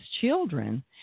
children